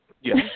Yes